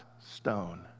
stone